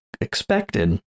expected